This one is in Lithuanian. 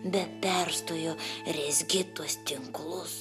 be perstojo rezgi tuos tinklus